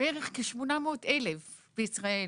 זוהי